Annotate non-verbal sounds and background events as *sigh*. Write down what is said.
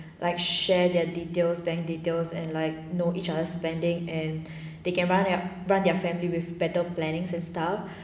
like share their details bank details and like know each other spending and they can run their run their family with better plannings and style *breath*